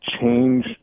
change